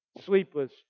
sleepless